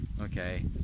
okay